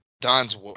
Don's